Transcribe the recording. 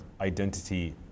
identity